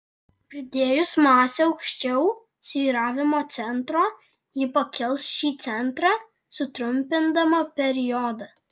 pridėjus masę aukščiau svyravimo centro ji pakels šį centrą sutrumpindama periodą